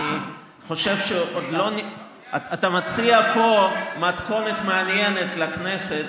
אתה מציע פה מתכונת מעניינת לכנסת,